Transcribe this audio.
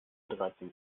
dreizehn